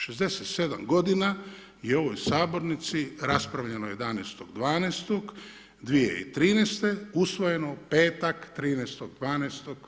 67 godina je u ovoj sabornici raspravljeno 11.12.2013. usvojeno u petak, 13.12.